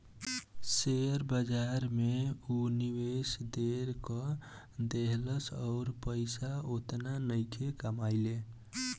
share बाजार में ऊ निवेश ढेर क देहलस अउर पइसा ओतना नइखे कमइले